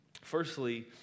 Firstly